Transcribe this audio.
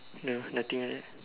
no nothing right